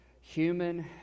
human